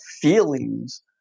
feelings